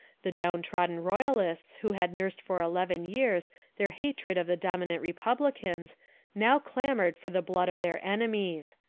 the down-trodden royalists who had nursed for eleven years their hatred of the dominant re publicans now clamoured for the blood of their enemies.